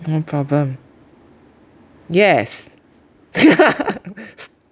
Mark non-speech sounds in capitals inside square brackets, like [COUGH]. no problem yes [LAUGHS]